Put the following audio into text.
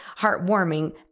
heartwarming